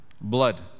blood